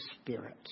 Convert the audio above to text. Spirit